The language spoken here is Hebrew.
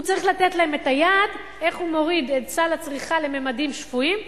הוא צריך לתת להם את היעד איך הוא מוריד את סל הצריכה לממדים שפויים,